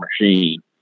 machine